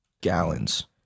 gallons